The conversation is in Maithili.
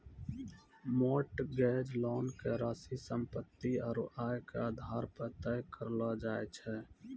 मोर्टगेज लोन के राशि सम्पत्ति आरू आय के आधारो पे तय करलो जाय छै